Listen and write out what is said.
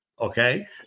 okay